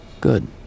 Good